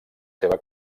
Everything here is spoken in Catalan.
seva